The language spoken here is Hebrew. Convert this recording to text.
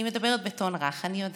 אני מדברת בטון רך, אני יודעת,